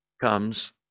comes